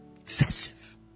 Excessive